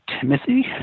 Timothy